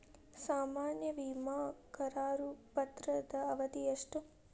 ಸಾಮಾನ್ಯ ವಿಮಾ ಕರಾರು ಪತ್ರದ ಅವಧಿ ಎಷ್ಟ?